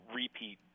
repeat